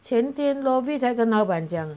前天 dobbies 才跟老板讲